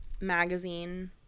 magazine